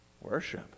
Worship